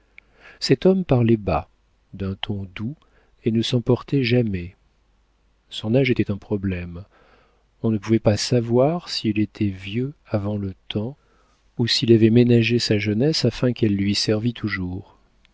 cet homme parlait bas d'un ton doux et ne s'emportait jamais son âge était un problème on ne pouvait pas savoir s'il était vieux avant le temps ou s'il avait ménagé sa jeunesse afin qu'elle lui servît toujours